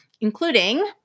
including